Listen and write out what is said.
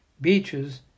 beaches